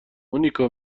مونیکا